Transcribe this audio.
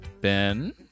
Ben